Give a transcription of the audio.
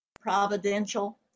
Providential